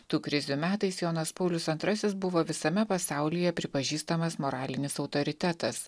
tų krizių metais jonas paulius antrasis buvo visame pasaulyje pripažįstamas moralinis autoritetas